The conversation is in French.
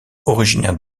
originaire